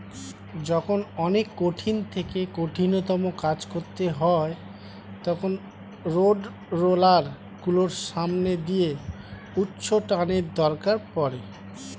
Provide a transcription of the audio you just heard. যখন অনেক কঠিন থেকে কঠিনতম কাজ করতে হয় তখন রোডরোলার গুলোর সামনের দিকে উচ্চটানের দরকার পড়ে